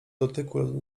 dotyku